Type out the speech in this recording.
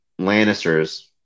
Lannisters